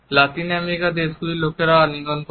লাতিন আমেরিকার দেশগুলির লোকেরাও আলিঙ্গন করে